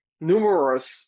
numerous